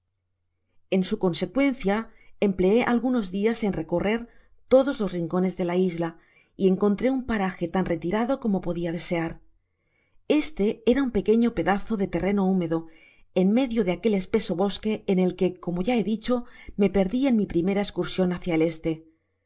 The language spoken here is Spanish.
en su consecuencia empleé algunos dias en recorrer todos los rincones de la isla y encontré un paraje tan retirado como podia desear este era un pequeño pedazo de terreno húmedo en medio de aquel espeso bosque en el que como ya he dicho me perdi en mi primera escursion hacia el este